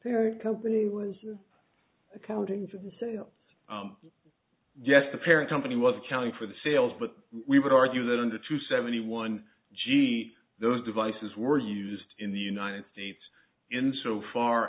parent company was accounting for the sale yes the parent company was accounting for the sales but we would argue that under two seventy one g those devices were used in the united states in so far